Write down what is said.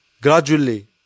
gradually